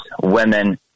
women